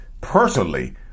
personally